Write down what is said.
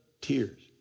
tears